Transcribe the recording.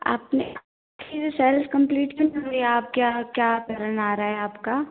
आपने sales complete क्यों नहीं आप क्या क्या टरन आ रा है आपका